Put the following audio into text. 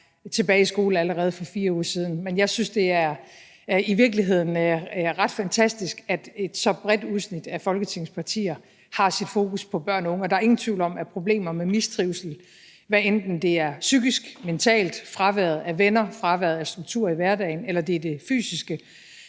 tilbage i skole. Men jeg synes i virkeligheden, at det er ret fantastisk, at et så bredt udsnit af Folketingets partier har sit fokus på børn og unge. Der er ingen tvivl om, at hvad angår problemer med mistrivsel, hvad enten det er psykisk eller mentalt, skyldes fraværet af venner, fraværet af struktur i hverdagen, eller det er